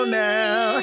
now